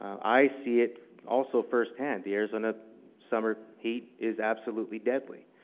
i see it also firsthand, the arizona summer heat is absolutely deadly.